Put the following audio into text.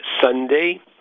Sunday